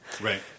Right